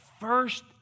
first